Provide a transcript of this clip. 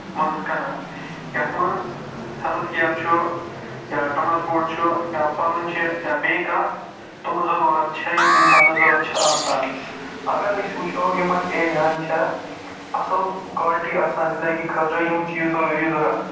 مدتھ کَران یَتھ منٛز ہٮ۪لٔتھ کِیر چھُ یا ٹرٛانَسپوٹ چھُ یا پَرُن چھُ یا بیٚیہِ کانٛہہ تِم ضروٗرت چھِ یِم اِنسانس ضروٗرت چھِ آسان اَگر أسۍ وُچھو یِمَن ایریاہَن چھا اَصٕل کالٹی آسان زِنٛدگی خٲطرٕ یِم چیٖز ضروٗری ضروٗرت